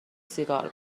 سیگار